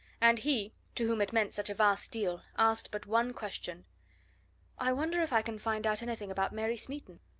and he, to whom it meant such a vast deal, asked but one question i wonder if i can find out anything about mary smeaton!